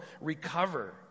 recover